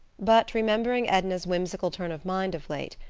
but remembering edna's whimsical turn of mind of late,